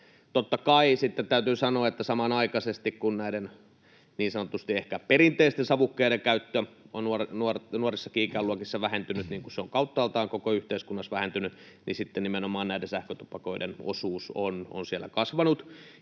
Totta kai täytyy sanoa, että samanaikaisesti kun näiden niin sanotusti perinteisten savukkeiden käyttö on nuorissakin ikäluokissa vähentynyt, niin kuin se on kauttaaltaan koko yhteiskunnassa vähentynyt, niin sitten nimenomaan näiden sähkötupakoiden osuus on siellä kasvanut,